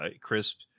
crisp